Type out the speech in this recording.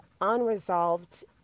unresolved